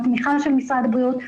התמיכה של משרד הבריאות,